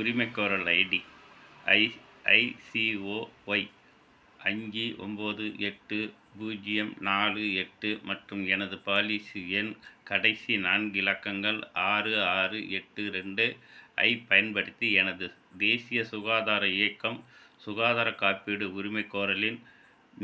உரிமைகோரல் ID IICOY அஞ்சு ஒம்பது எட்டு பூஜ்ஜியம் நாலு எட்டு மற்றும் எனது பாலிசி எண் கடைசி நான்கு இலக்கங்கள் ஆறு ஆறு எட்டு ரெண்டு ஐப் பயன்படுத்தி எனது தேசிய சுகாதார இயக்கம் சுகாதார காப்பீடு உரிமைக்கோரலின்